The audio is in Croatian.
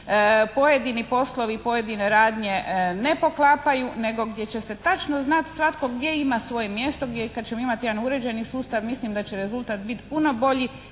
pojedini poslovi i pojedine radnje ne poklapaju nego gdje se točno znati svatko gdje ima svoje mjesto i kad ćemo imati jedan uređeni sustav mislim da će rezultat biti puno bolji